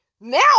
now